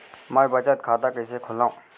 मै बचत खाता कईसे खोलव?